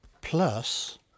Plus